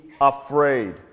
afraid